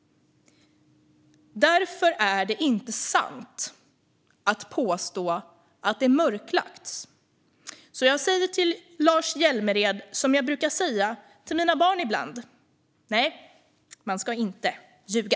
Påståendet att detta mörklagts är därmed inte sant. Jag säger därför till Lars Hjälmered som jag ibland brukar säga till mina barn: Nej, man ska inte ljuga.